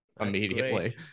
immediately